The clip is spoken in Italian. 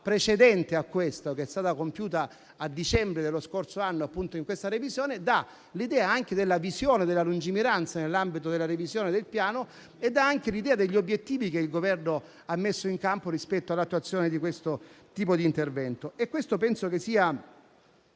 precedente che è stata compiuta a dicembre dello scorso anno nell'ambito di questa revisione, dà l'idea della visione e della lungimiranza nell'ambito della revisione del Piano e anche degli obiettivi che il Governo ha messo in campo rispetto all'attuazione di questo tipo di intervento. Penso che